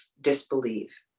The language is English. disbelieve